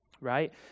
right